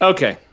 Okay